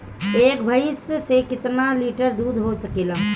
एक भइस से कितना लिटर दूध हो सकेला?